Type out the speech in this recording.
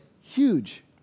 huge